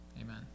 amen